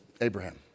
Abraham